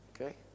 Okay